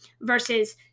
versus